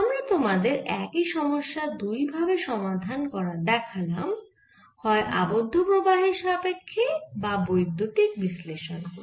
আমরা তোমাদের একই সমস্যা দুই ভাবে সমাধান করা দেখালাম হয় আবদ্ধ প্রবাহের সাপেক্ষ্যে বা বৈদ্যুতিক বিশ্লেষণ করে